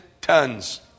tons